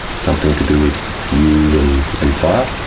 something to do with you and fire?